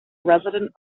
resident